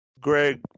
Greg